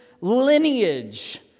lineage